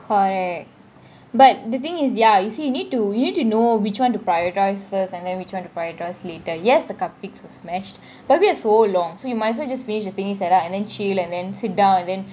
correct but the thing is ya you see you need to you need to know which one to prioritise first and then which one to prioritise later yes the cupcakes were smashed but we had so long so you might as well just finish the picnic set up and then chill and then sit down and then